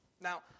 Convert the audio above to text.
Now